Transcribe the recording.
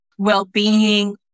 Well-being